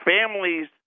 Families